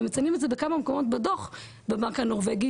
הם מציינים את זה בכמה מקומות בדו"ח בבנק הנורבגי